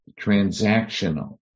transactional